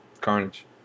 Carnage